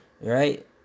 right